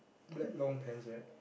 black long pants right